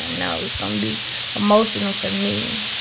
and know it was going to be emotional for me.